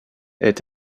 est